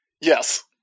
Yes